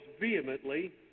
vehemently